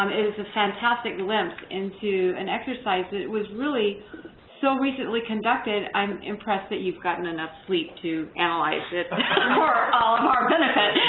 um is a fantastic glimpse into an exercise that was really so recently conducted. i'm impressed that you've gotten enough sleep to analyze it for all of our benefit.